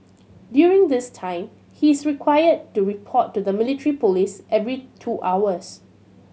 during this time he is required to report to the military police every two hours